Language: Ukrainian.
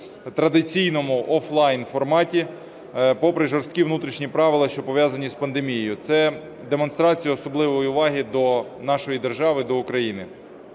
традиційному офлайн-форматі, попри жорсткі внутрішні правила, що пов'язані з пандемією. Це демонстрація особливої уваги до нашої держави, до України.